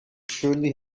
surely